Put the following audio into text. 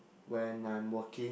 when I'm working